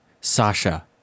Sasha